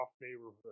neighborhood